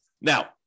Now